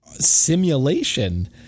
simulation